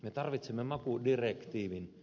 me tarvitsemme makudirektiivin